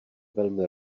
velmi